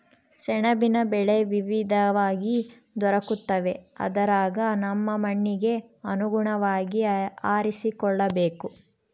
ಸೆಣಬಿನ ಬೆಳೆ ವಿವಿಧವಾಗಿ ದೊರಕುತ್ತವೆ ಅದರಗ ನಮ್ಮ ಮಣ್ಣಿಗೆ ಅನುಗುಣವಾಗಿ ಆರಿಸಿಕೊಳ್ಳಬೇಕು